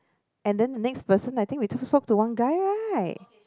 and then the next person I think we spoke to one guy right